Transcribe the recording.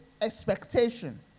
expectation